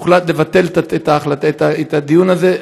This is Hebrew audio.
הוחלט לבטל את הדיון הזה,